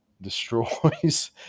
destroys